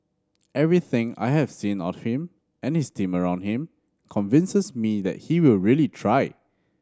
everything I have seen of him and his team around him convinces me that he will really try